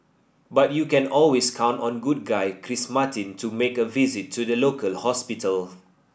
but you can always count on good guy Chris Martin to make a visit to the local hospital